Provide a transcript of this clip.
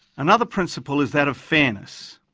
another principle is that of fairness.